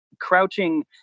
crouching